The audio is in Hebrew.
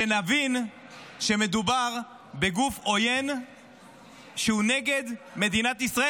שנבין שמדובר בגוף עוין שהוא נגד מדינת ישראל,